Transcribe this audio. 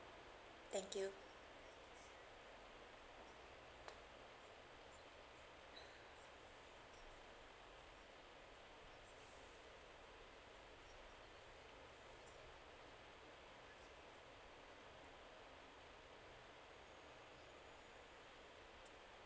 thank you